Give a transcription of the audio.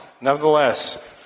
Nevertheless